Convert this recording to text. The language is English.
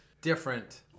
different